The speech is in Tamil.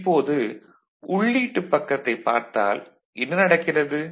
இப்போது உள்ளீட்டு பக்கத்தைப் பார்த்தால் என்ன நடக்கிறது